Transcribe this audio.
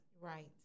Right